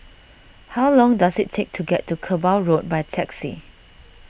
how long does it take to get to Kerbau Road by taxi